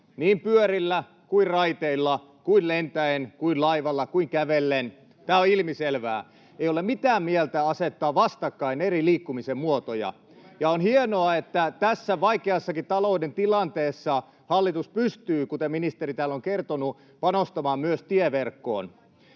niin pyörillä kuin raiteilla kuin lentäen kuin laivalla kuin kävellen — tämä on ilmiselvää. Ei ole mitään mieltä asettaa vastakkain eri liikkumisen muotoja, ja on hienoa, että tässä vaikeassakin talouden tilanteessa hallitus pystyy, kuten ministeri täällä on kertonut, panostamaan myös tieverkkoon.